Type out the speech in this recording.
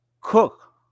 Cook